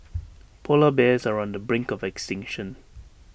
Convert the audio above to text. Polar Bears are on the brink of extinction